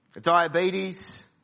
diabetes